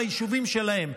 ביישובים שלהם,